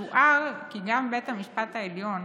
יוער כי גם בית המשפט העליון